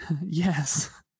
yes